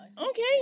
Okay